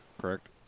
correct